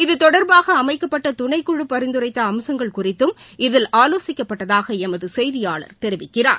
இதுதொடர்பாக அமைக்கப்பட்ட துணைக்குழு பரிந்துரைத்த குறித்தம் இதில் ஆலோசிக்கப்பட்டதாக எமது செய்தியாளர் தெரிவிக்கிறார்